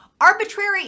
arbitrary